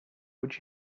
would